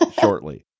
shortly